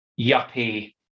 yuppie